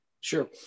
Sure